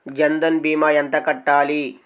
జన్ధన్ భీమా ఎంత కట్టాలి?